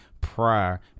prior